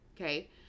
okay